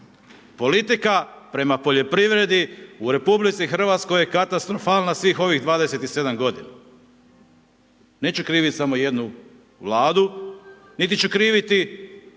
Politika prema poljoprivredi u RH je katastrofalna svih ovih 27 godina. Neću krivit samo jednu vladu, niti ću kriviti